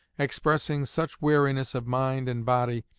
expressing such weariness of mind and body,